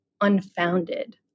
unfounded